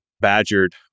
badgered